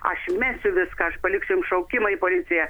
aš mesiu viską aš paliksiu jum šaukimą į policiją